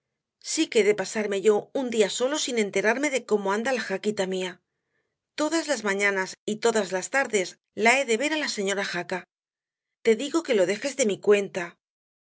sí que he de pasarme yo un día solo sin enterarme de cómo anda la jaquita mía todas las mañanas y todas las tardes la he de ver á la señora jaca te digo que lo dejes de mi cuenta